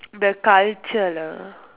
the culture lah